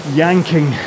yanking